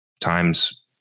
times